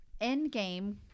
Endgame